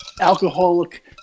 alcoholic